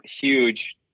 Huge